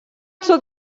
zur